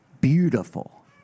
beautiful